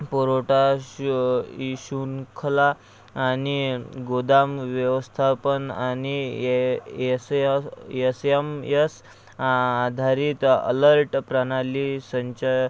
पुरवटा शु ई शृंखला आणि गोदाम व्यवस्थापन आणि ये S S S M S आधारित अलर्ट प्रणाली संच